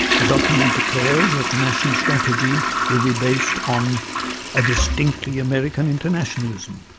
the document declares that the national strategy will be based on a distinctly american internationalism.